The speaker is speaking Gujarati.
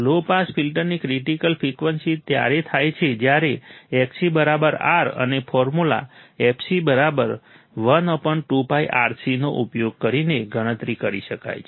લો પાસ ફિલ્ટરની ક્રિટીકલ ફ્રિકવન્સી ત્યારે થાય છે જ્યારે Xc R અને ફોર્મ્યુલા fc 1 નો ઉપયોગ કરીને ગણતરી કરી શકાય છે